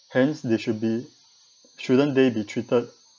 hence they should be shouldn't they be treated